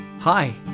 Hi